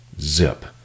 zip